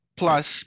plus